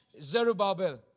Zerubbabel